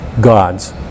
God's